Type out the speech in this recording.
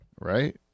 right